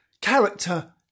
character